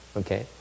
okay